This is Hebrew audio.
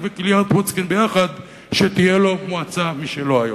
וקריית-מוצקין ביחד שתהיה לו מועצה משלו היום.